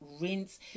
rinse